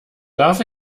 darf